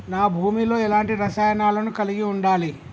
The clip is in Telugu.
నా భూమి లో ఎలాంటి రసాయనాలను కలిగి ఉండాలి?